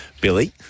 Billy